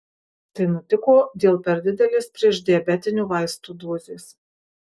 tai nutiko dėl per didelės priešdiabetinių vaistų dozės